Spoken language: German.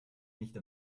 nicht